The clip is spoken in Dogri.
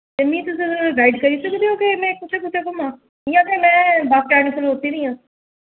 ते मिगी तुस गाइड करी सकदे ओ के में कुत्थे कुत्थे घुम्मां इ'यां ते में बस स्टैंड खड़ोती दी आं